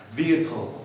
vehicle